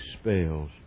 spells